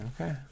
Okay